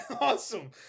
awesome